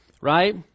right